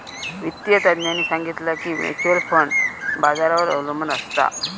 वित्तिय तज्ञांनी सांगितला की म्युच्युअल फंड बाजारावर अबलंबून असता